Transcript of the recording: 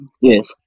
Yes